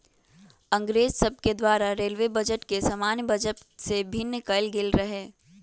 अंग्रेज सभके द्वारा रेलवे बजट के सामान्य बजट से भिन्न कएल गेल रहै